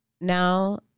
now